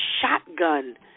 shotgun